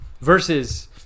versus